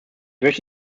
möchte